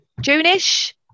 June-ish